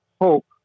hope